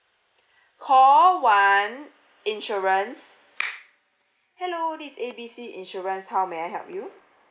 call one insurance hello this is A B C insurance how may I help you